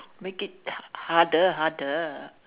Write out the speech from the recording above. make it tough harder harder